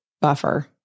buffer